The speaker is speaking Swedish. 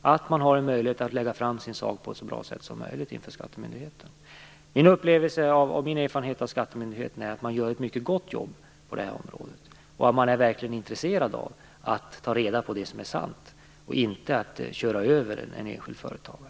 Var och en måste ha en möjlighet att lägga fram sin sak på ett så bra sätt som möjligt inför skattemyndigheten. Min erfarenhet av skattemyndigheten är att man gör ett mycket gott jobb på detta område och att man verkligen är intresserad av att ta reda på vad som är sant i stället för att köra över en enskild företagare.